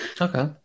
Okay